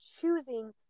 choosing